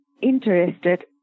interested